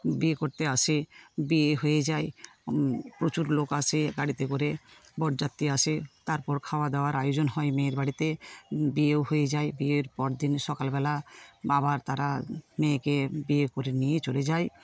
বিয়ে করতে আসে বিয়ে হয়ে যায় প্রচুর লোক আসে গাড়িতে করে বরযাত্রী আসে তারপর খাওয়া দাওয়ার আয়োজন হয় মেয়ের বাড়িতে বিয়েও হয়ে যায় বিয়ের পর দিন সকালবেলা বাবা তারা মেয়েকে বিয়ে করে নিয়ে চলে যায়